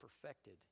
perfected